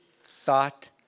thought